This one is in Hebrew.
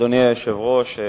אדוני היושב-ראש,